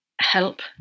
help